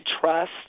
trust